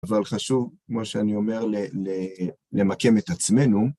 אבל חשוב, כמו שאני אומר, למקם את עצמנו.